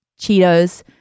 Cheetos